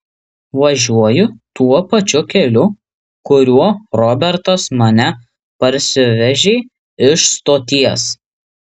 važiuoju tuo pačiu keliu kuriuo robertas mane parsivežė iš stoties